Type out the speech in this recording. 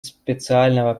специального